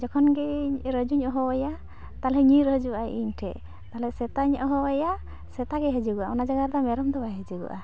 ᱡᱚᱠᱷᱚᱱᱜᱤ ᱨᱟᱹᱡᱩᱧ ᱚᱦᱚᱣᱟᱭᱟ ᱛᱟᱞᱦᱮ ᱧᱤᱨ ᱦᱟᱹᱡᱩᱜᱼᱟᱭ ᱤᱧᱴᱷᱮᱡ ᱛᱟᱞᱡᱮ ᱥᱮᱛᱟᱧ ᱚᱦᱚᱣᱟᱭᱟ ᱥᱮᱛᱟᱜ ᱜᱮᱭ ᱦᱟᱡᱩᱜᱚᱼᱟ ᱚᱱᱟ ᱡᱟᱜᱟᱨᱮ ᱫᱚ ᱢᱮᱨᱚᱢ ᱫᱚ ᱵᱟᱭ ᱦᱮᱡᱩᱜᱚᱼᱟ